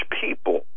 people